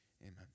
Amen